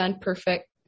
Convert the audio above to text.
perfect